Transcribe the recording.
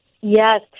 Yes